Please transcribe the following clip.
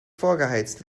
vorgeheizt